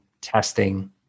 testing